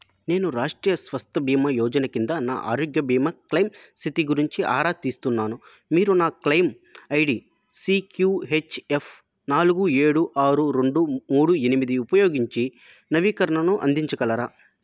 నేను రాష్ట్రీయ స్వస్థ్ బీమా యోజన క్రింద నా ఆరోగ్య బీమా క్లైమ్ స్థితి గురించి ఆరాతీస్తున్నాను మీరు నా క్లైమ్ ఐడి సీక్యూహెచ్ఎఫ్ నాలుగు ఏడు ఆరు రెండు మూడు ఎనిమిది ఉపయోగించి నవీకరణను అందించగలరా